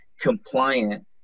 compliant